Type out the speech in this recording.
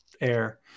air